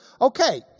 Okay